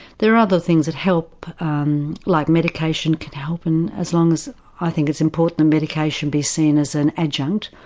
there are other things that help like medication can help and as long as i think it's important that medication be seen as an adjunct,